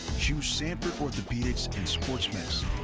choose sanford orthopedics and sports medicine.